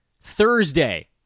Thursday